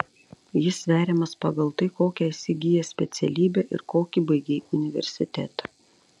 jis sveriamas pagal tai kokią esi įgijęs specialybę ir kokį baigei universitetą